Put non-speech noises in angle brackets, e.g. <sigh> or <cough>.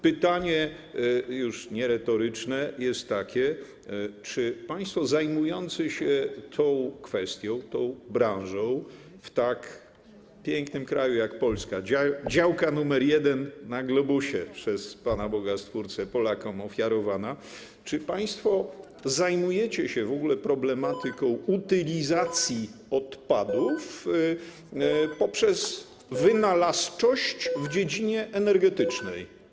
Pytanie, już nieretoryczne, jest takie: Czy państwo zajmujący się tą kwestią, tą branżą w tak pięknym kraju jak Polska, działka nr 1 na globusie przez Pana Boga, Stwórcę Polakom ofiarowana, zajmujecie się w ogóle problematyką utylizacji <noise> odpadów poprzez wynalazczość w dziedzinie energetycznej?